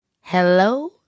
Hello